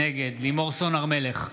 נגד לימור סון הר מלך,